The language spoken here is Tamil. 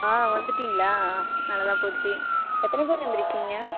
ஆ வந்துட்டீங்களா நல்லதாக போச்சு எத்தனை பேர் வந்துருக்கீங்கள்